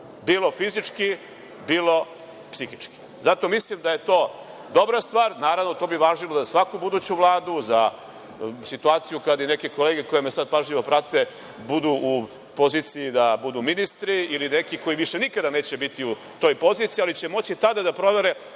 bio fizički, bilo psihički. Zato mislim da je to dobra stvar. Naravno, to bi važilo za svaku buduću vladu, za svaku situaciju kada neke kolege koje me sada pažljivo prate budu u poziciji da budu ministri ili neki koji više nikada neće biti u toj poziciji, ali će moći tada da provere